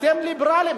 אתם ליברלים.